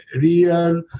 real